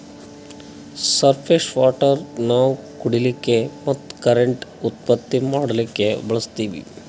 surface water ನಾವ್ ಕುಡಿಲಿಕ್ಕ ಮತ್ತ್ ಕರೆಂಟ್ ಉತ್ಪತ್ತಿ ಮಾಡಕ್ಕಾ ಬಳಸ್ತೀವಿ